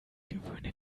gewöhne